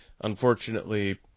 unfortunately